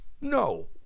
No